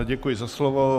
Děkuji za slovo.